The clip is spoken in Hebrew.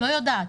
לא יודעת.